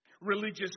religious